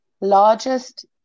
largest